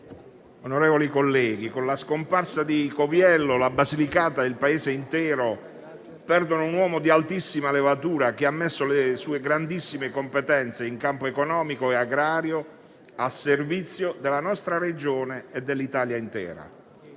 con la scomparsa di Romualdo Coviello la Basilicata e il Paese intero perdono un uomo di altissima levatura, che ha messo le sue grandissime competenze in campo economico e agrario a servizio della nostra Regione e dell'Italia intera.